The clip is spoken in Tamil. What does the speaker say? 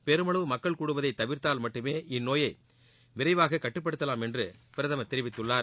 பெருமளவு மக்கள் கூடுவதை தவிா்த்தால் மட்டுமே இந்நோயை விரைவாக கட்டுப்படுத்தலாம் என்று பிரதமா் தெரிவித்துள்ளார்